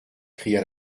cria